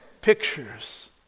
pictures